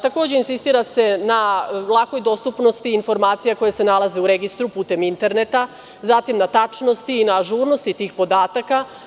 Takođe, insistira se na lakoj dostupnosti informacija koje se nalaze u registru putem interneta, zatim na tačnosti, na ažurnosti tih podataka.